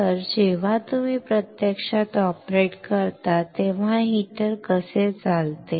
तर जेव्हा तुम्ही प्रत्यक्षात ऑपरेट करता तेव्हा हीटर कसे चालते